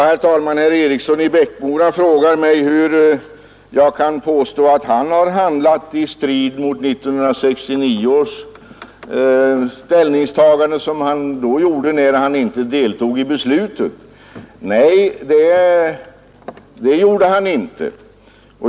Herr talman! Herr Eriksson i Bäckmora har frågat mig, hur jag kan påstå att han har handlat i strid mot sitt ställningstagande år 1969, när han inte deltog i beslutet. Nej, det gjorde han inte.